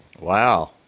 Wow